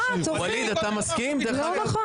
ווליד, אתה מסכים, דרך אגב?